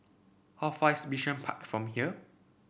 how far is Bishan Park from here